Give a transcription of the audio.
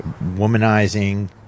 womanizing